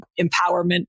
empowerment